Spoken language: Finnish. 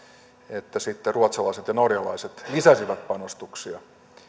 että sitten ruotsalaiset ja norjalaiset lisäsivät panostuksia